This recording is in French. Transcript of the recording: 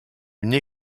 une